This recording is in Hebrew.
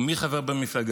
ומי חבר במפלגה?